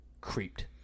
creeped